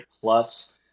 plus